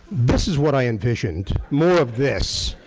this is what i envisioned, more of this.